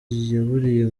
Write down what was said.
yaburiye